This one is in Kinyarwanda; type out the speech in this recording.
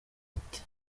ati